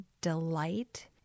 delight